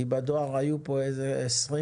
כי בדיון על הדואר היו פה 20 ח"כים.